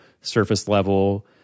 surface-level